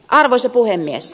arvoisa puhemies